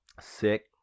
Sick